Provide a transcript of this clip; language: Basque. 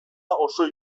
oso